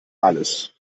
alles